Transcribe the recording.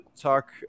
talk